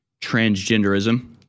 transgenderism